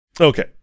Okay